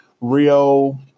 Rio